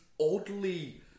oddly